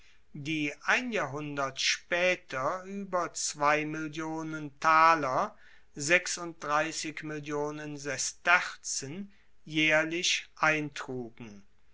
die ein jahrhundert spaeter ueber mill mill sesterzen jaehrlich eintrugen